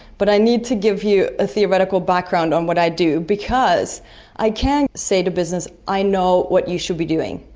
but i need to give you a theoretical background on what i do, because i can't say to business, i know what you should be doing.